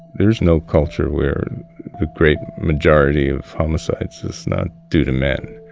there is no culture where the great majority of homicides is not due to men.